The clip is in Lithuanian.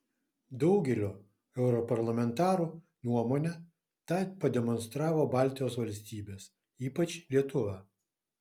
daugelio europarlamentarų nuomone tą pademonstravo baltijos valstybės ypač lietuva